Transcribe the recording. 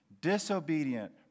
disobedient